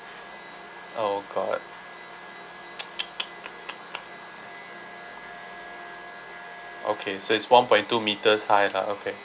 oh god okay so it's one point two meters high lah okay